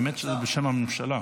האמת שזה בשם הממשלה.